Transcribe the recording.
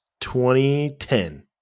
2010